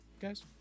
guys